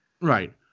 right